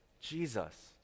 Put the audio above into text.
Jesus